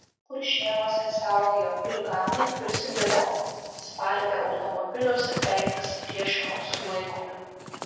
kuršėnuose siautėję chuliganai prisidirbo spardė automobilius bei pasipriešino sulaikomi